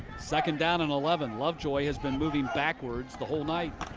second down and eleven. lovejoy has been moving backwards the whole night.